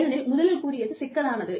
ஏனெனில் முதலில் கூறியது சிக்கலானது